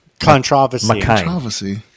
Controversy